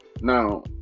Now